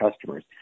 customers